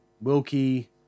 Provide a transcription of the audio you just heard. Wilkie